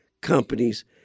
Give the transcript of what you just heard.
companies